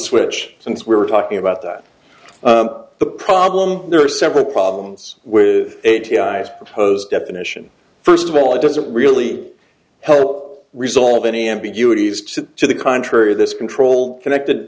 switch since we were talking about that the problem there are several problems with eighty five pose definition first of all it doesn't really help resolve any ambiguity as to to the contrary this control connected